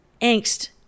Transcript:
angst